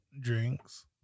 drinks